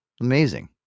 Amazing